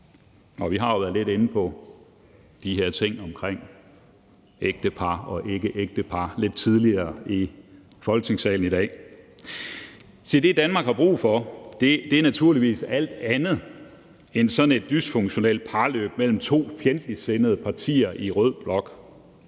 i dag været lidt inde på de her ting omkring ægtepar og ikkeægtepar. Se det, Danmark har brug for, er naturligvis alt andet end en sådan et dysfunktionelt parløb mellem to fjendtligt sindede partier i rød blok.